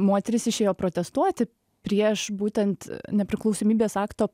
moterys išėjo protestuoti prieš būtent nepriklausomybės akto